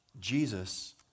Jesus